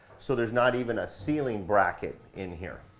so there's not even a ceiling bracket in here.